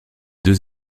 deux